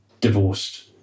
Divorced